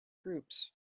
groups